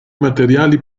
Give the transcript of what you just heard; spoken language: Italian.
materiali